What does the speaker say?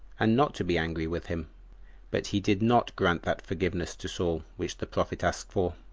and not to be angry with him but he did not grant that forgiveness to saul which the prophet asked for,